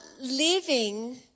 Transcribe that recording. living